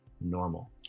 normal